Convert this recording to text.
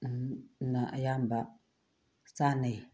ꯅ ꯑꯌꯥꯝꯕ ꯆꯥꯅꯩ